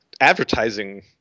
advertising